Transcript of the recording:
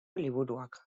liburuak